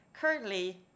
Currently